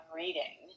reading